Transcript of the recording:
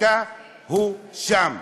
אתה שם,